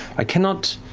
i cannot